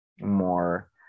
more